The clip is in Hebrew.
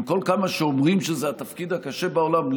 עם כל כמה שאומרים שזה התפקיד הקשה בעולם,